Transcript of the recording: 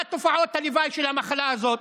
מה תופעות הלוואי של המחלה הזאת?